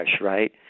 right